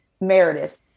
Meredith